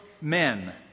men